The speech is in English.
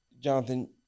Jonathan